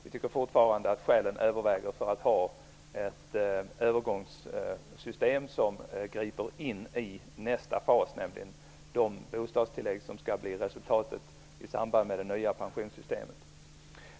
Vi tycker fortfarande att skälen överväger för att ha ett övergångssystem som griper in i nästa fas, nämligen de bostadstillägg som blir resultatet av det nya pensionssystemet.